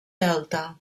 delta